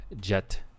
jet